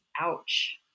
Ouch